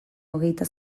hogeita